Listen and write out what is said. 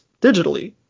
digitally